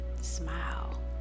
smile